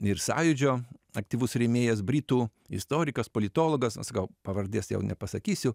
ir sąjūdžio aktyvus rėmėjas britų istorikas politologas nu sakau pavardės jau nepasakysiu